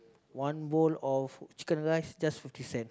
one bowl of chicken rice just fifty cents